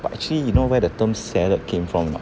but actually you know where the term salad came from not